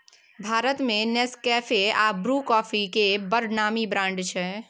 भारत मे नेसकेफी आ Bru coffee केर बड़ नामी ब्रांड छै